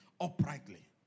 uprightly